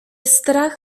strach